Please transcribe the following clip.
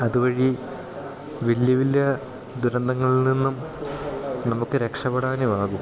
അതുവഴി വലിയ വലിയ ദുരന്തങ്ങളിൽ നിന്നും നമുക്ക് രക്ഷപ്പെടാനും ആകും